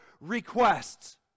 requests